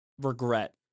regret